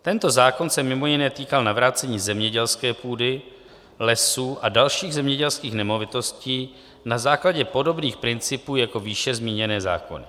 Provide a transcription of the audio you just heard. Tento zákon se mimo jiné týkal navrácení zemědělské půdy, lesů a dalších zemědělských nemovitostí na základě podobných principů jako výše zmíněné zákony.